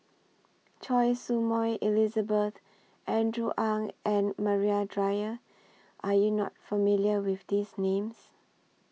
Choy Su Moi Elizabeth Andrew Ang and Maria Dyer Are YOU not familiar with These Names